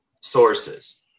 sources